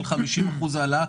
של 50% העלאה.